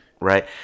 right